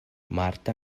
marta